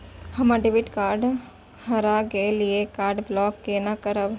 हमर debit card हरा गेल ये कार्ड ब्लॉक केना करब?